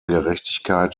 gerechtigkeit